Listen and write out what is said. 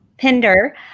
Pinder